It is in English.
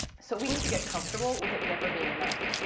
so we need to get comfortable with it never being enough.